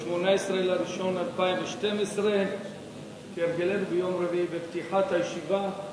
18 בינואר 2012. כהרגלנו ביום רביעי בפתיחת הישיבה,